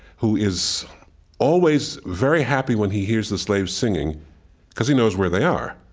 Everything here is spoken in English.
who is always very happy when he hears the slaves singing because he knows where they are,